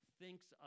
Thinks